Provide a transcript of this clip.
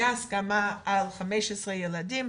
הייתה הסכמה על 15 ילדים,